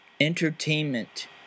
entertainment